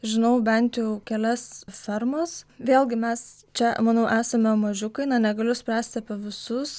žinau bent jau kelias fermas vėlgi mes čia manau esame mažiukai na negaliu spręsti apie visus